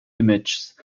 images